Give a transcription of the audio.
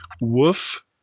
woof